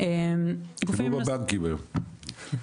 כמו הבנקים היום.